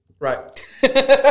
Right